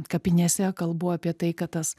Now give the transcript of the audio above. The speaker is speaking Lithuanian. kapinėse kalbu apie tai kad tas